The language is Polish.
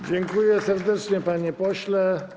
Dziękuję serdecznie, panie pośle.